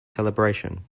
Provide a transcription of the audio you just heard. celebration